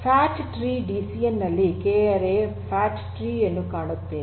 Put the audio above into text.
fat tree DCN ನಲ್ಲಿ k-ary fat tree ಯನ್ನು ಕಾಣುತ್ತೇವೆ